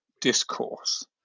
discourse